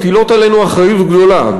מטילות עלינו אחריות גדולה.